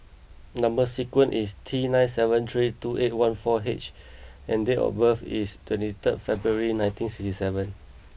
number sequence is T nine seven three two eight one four H and date of birth is twenty third February nineteen sixty seven